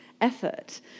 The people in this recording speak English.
effort